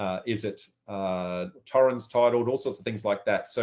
ah is it torrents titled? all sorts of things like that. so